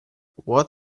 what